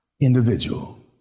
Individual